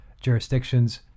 jurisdictions